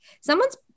Someone's